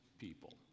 people